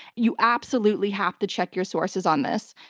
you absolutely have to check your sources on this.